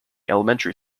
elementary